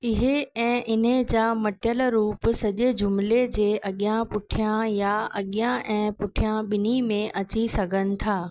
इहे ऐं इन्ह जा मटियल रूप सॼे जुमिले जे अॻियां पुठियां या आॻियां ऐं पुठियां ॿिन्ही में अची सघनि था